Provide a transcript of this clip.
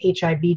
HIV